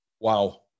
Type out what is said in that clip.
wow